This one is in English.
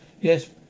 yes